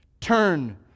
turn